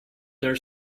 their